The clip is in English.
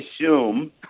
assume